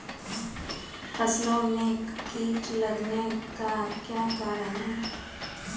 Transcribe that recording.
फसलो मे कीट लगने का क्या कारण है?